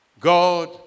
God